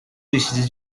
vestidas